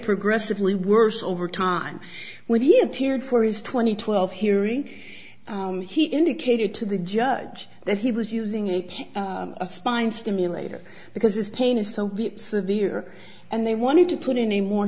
progressively worse over time when he appeared for his twenty twelve hearing he indicated to the judge that he was using a pick a spine stimulator because his pain is so severe and they wanted to put in a mor